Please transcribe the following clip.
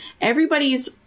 Everybody's